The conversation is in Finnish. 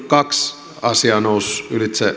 kaksi asiaa noussut ylitse